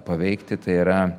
paveikti tai yra